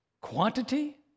Quantity